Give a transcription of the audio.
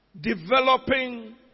developing